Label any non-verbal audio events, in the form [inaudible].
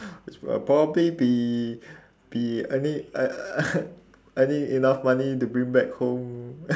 it's well probably be be I think I [noise] I think enough money to bring back home